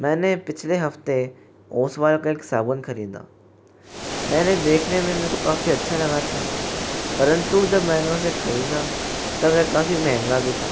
मैने पिछले हफ़्ते ओसवाल का एक साबुन खरीदा मेरे देखने में मेरे को काफी अच्छा लगा था परंतु जब मैंने उसे खरीदा तब यह काफ़ी महंगा भी था